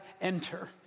enter